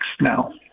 now